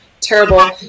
terrible